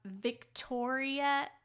Victoria